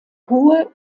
hohe